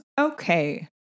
okay